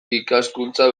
ikaskuntza